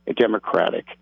democratic